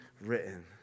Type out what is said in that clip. written